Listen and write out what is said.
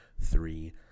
three